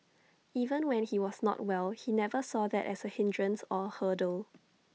even when he was not well he never saw that as A hindrance or A hurdle